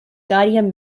gideon